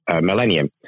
millennium